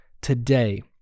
Today